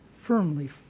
firmly